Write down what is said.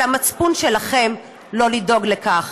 על המצפון שלכם לא לדאוג לכך,